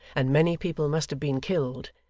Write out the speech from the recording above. and many people must have been killed,